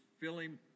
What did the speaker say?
filling